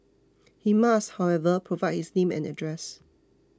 he must however provide his name and address